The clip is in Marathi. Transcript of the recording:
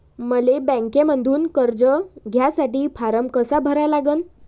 मले बँकेमंधून कर्ज घ्यासाठी फारम कसा भरा लागन?